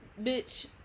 Bitch